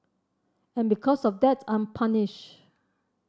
and because of that I'm punished